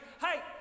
Hey